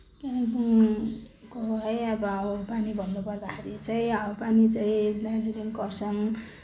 को है अब हावापानी भन्नुपर्दाखेरि चाहिँ हावापानी चाहिँ दार्जिलिङ खरसाङ